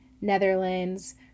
Netherlands